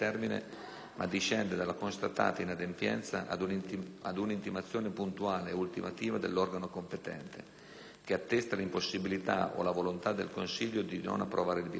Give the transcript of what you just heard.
ma discende dalla constatata inadempienza ad un'intimazione puntuale e ultimativa dell'organo competente, che attesta l'impossibilità o la volontà del Consiglio di non approvare il bilancio.